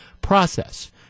process